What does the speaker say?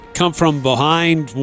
come-from-behind